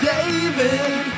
David